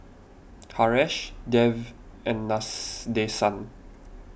Haresh Dev and Nadesan